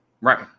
Right